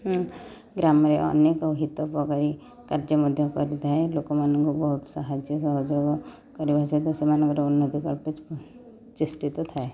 ମୁଁ ଗ୍ରାମରେ ଅନେକ ହିତଉପକାରୀ କାର୍ଯ୍ୟ ମଧ୍ୟ କରିଥାଏ ଲୋକମାନଙ୍କୁ ବହୁତ ସାହାଯ୍ୟ ସହଯୋଗ କରିବା ସହିତ ସେମାନଙ୍କର ଉନ୍ନତି ଚେଷ୍ଟିତ ଥାଏ